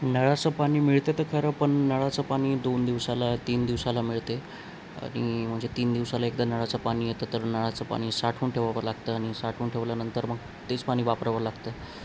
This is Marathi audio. नळाचं पाणी मिळतं तर खरं पण नळाचं पाणी दोन दिवसाला तीन दिवसाला मिळते आणि म्हणजे तीन दिवसाला एकदा नळाचं पाणी येतं तर नळाचं पाणी साठवून ठेवावं लागतं आणि साठवून ठेवल्यानंतर मग तेच पाणी वापरावं लागतं